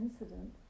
incident